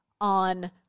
on